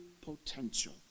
potential